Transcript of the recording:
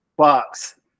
Box